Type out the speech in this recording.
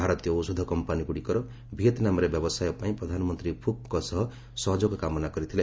ଭାରତୀୟ ଔଷଧ କମ୍ପାନିଗୁଡ଼ିକର ଭିଏତ୍ନାମରେ ବ୍ୟବସାୟ ପାଇଁ ପ୍ରଧାନମନ୍ତ୍ରୀ ଫୁକ୍ଙ୍କ ସହଯୋଗ କାମନା କରିଥିଲେ